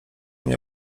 mnie